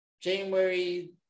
January